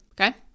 okay